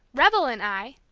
rebel and i,